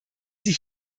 sie